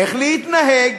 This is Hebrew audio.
איך להתנהג,